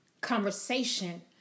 conversation